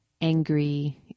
angry